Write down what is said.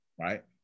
right